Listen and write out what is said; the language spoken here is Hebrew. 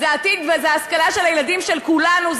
זה העתיד וזו ההשכלה של הילדים של כולנו,